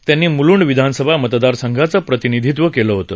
त्यांनी म्ंल्ंड विधानसभा मतदार संघाचं प्रतिनिधित्व केलं होतं